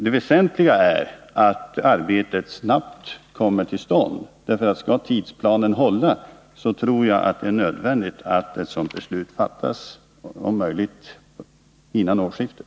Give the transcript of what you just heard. Det väsentliga är emellertid att arbetet snabbt kommer till stånd. Skall tidsplanen hålla, tror jag nämligen att det är nödvändigt att ett beslut om detta fattas om möjligt före årsskiftet.